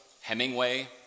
Hemingway